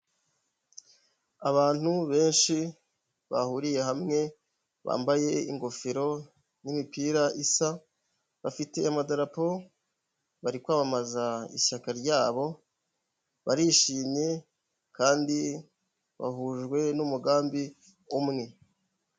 Abantu benshi bahuriye hamwe bambaye ingofero n'imipira isa, bafite amadarapo bari kwamamaza ishyaka ryabo, barishimye kandi bahujwe n'umugambi umwe.